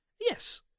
yes